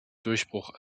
durchbruch